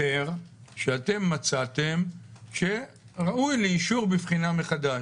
שאתם מצאתם שראוי לאישור בבחינה מחדש.